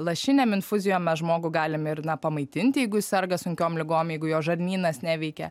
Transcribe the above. lašinėm infuzijom mes žmogų galim ir na pamaitinti jeigu jis serga sunkiom ligom jeigu jo žarnynas neveikia